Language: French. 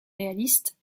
réaliste